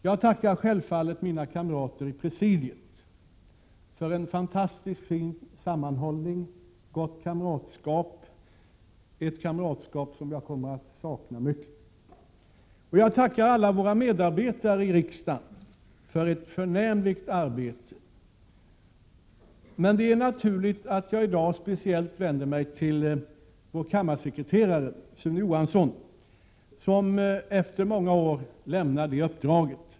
Jag tackar självfallet mina kamrater i presidiet för fantastiskt fin sammanhållning och gott kamratskap — ett kamratskap som jag kommer att sakna mycket. Och jag tackar alla våra medarbetare i riksdagen för ett förnämligt arbete. Det är naturligt att jag i dag speciellt vänder mig till vår kammarsekreterare Sune Johansson, som efter många år nu lämnar det uppdraget.